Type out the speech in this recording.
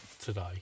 today